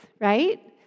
right